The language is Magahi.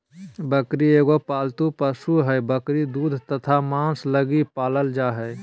बकरी एगो पालतू पशु हइ, बकरी दूध तथा मांस लगी पालल जा हइ